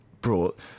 brought